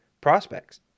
prospects